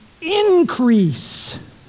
increase